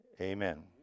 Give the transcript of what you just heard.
Amen